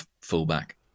fullback